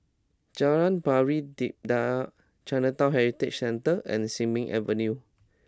Jalan Pari Dedap Chinatown Heritage Centre and Sin Ming Avenue